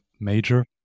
major